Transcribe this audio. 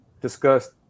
discussed